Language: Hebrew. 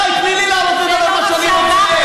די, תני לי לעלות ולומר מה שאני רוצה.